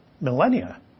millennia